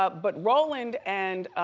ah but rolland and,